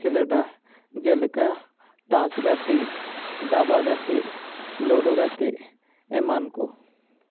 ᱠᱷᱮᱞᱳᱰᱟ ᱡᱮᱞᱮᱠᱟ ᱴᱟᱥ ᱜᱟᱛᱮᱜ ᱫᱟᱵᱟ ᱜᱟᱛᱮᱜ ᱞᱳᱰᱳ ᱜᱟᱛᱮᱜ ᱮᱢᱟᱱ ᱠᱚ